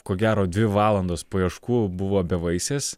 ko gero dvi valandos paieškų buvo bevaisės